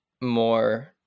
more